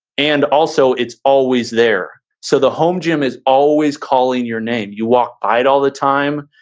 and also it's always there. so the home gym is always calling your name, you walk by it all the time.